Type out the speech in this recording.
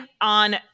on